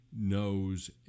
knows